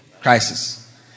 crisis